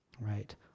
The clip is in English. right